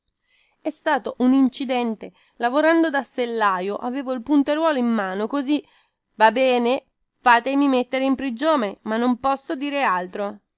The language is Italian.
è stato un accidente lavorando da sellaio avevo il punteruolo in mano così va bene fatemi mettere in prigione ma non posso dir altro